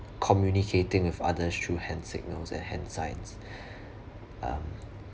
communicating with others through hand signals the hand signs um